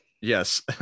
yes